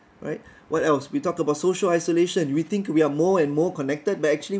alright what else we talked about social isolation we think we are more and more connected but actually